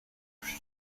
robbed